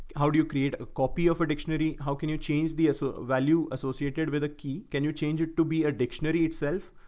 how do you create a copy of a dictionary? how can you change the sort of value associated with a key? can you change it to be a dictionary itself?